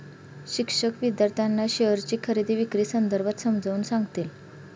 शिक्षक विद्यार्थ्यांना शेअरची खरेदी विक्री संदर्भात समजावून सांगतील